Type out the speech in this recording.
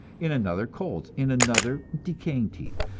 in another colds, in another decaying teeth,